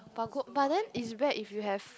but good but then it's bad if you have